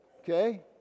Okay